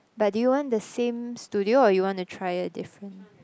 but do you want the same studio or you wanna try a different